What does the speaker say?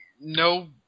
no